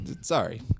sorry